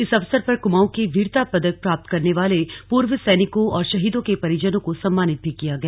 इस अवसर पर कुमाऊं के वीरता पदक प्राप्त करने वाले पूर्व सैनिकों और शहीदों के परिजनों को सम्मानित किया गया